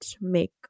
make